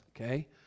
Okay